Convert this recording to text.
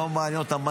לא מעניין אותם,